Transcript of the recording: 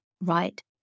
right